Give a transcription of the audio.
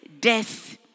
death